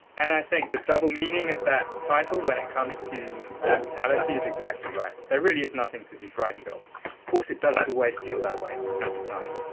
and i think the double meaning of that title when it comes to mortality is exactly right. there really is nothing to be frightened of. of course, it doesn't always feel that way at the time